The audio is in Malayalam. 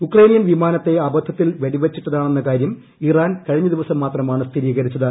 യുക്രേനിയൻ വിമാനത്തെ അബദ്ധത്തിൽ വ്വെടീവച്ചിട്ട്താണെന്ന കാര്യം ഇറാൻ കഴിഞ്ഞ ദിവസം മാത്രമാണ് സ്ഥിർടീകരിച്ചത്